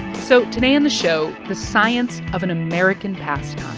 so today on the show, the science of an american pastime,